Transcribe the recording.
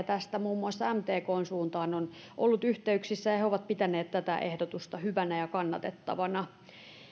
tästä muun muassa mtkn suuntaan on oltu yhteyksissä ja he ovat pitäneet tätä ehdotusta hyvänä ja kannatettavana